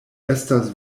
estas